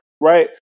Right